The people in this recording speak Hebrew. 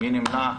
מי נמנע?